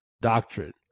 doctrine